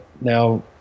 now